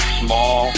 small